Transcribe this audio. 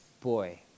boy